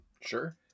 Sure